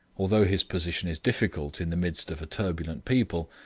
although his position is difficult in the midst of a turbulent people,